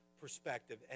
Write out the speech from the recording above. perspective